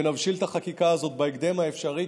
ונבשיל את החקיקה הזאת בהקדם האפשרי,